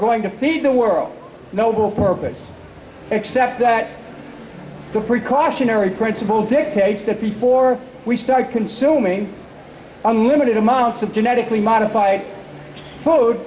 going to feed the world noble purpose except that the precautionary principle dictates that before we start consuming unlimited amounts of genetically modified food